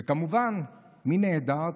וכמובן, מי נעדרה?